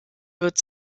wird